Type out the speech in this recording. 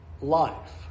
life